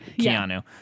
Keanu